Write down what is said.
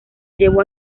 llevó